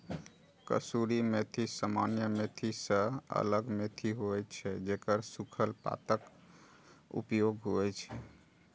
कसूरी मेथी सामान्य मेथी सं अलग मेथी होइ छै, जेकर सूखल पातक उपयोग होइ छै